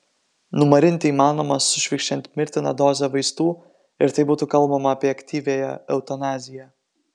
numarinti įmanoma sušvirkščiant mirtiną dozę vaistų ir tai būtų kalbama apie aktyviąją eutanaziją